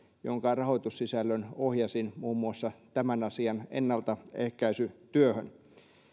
jonka rahoitussisällön ohjasin muun muassa tämän asian ennaltaehkäisytyöhön